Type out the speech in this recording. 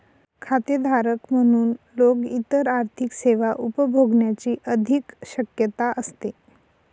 खातेधारक म्हणून लोक इतर आर्थिक सेवा उपभोगण्याची अधिक शक्यता असते